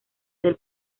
del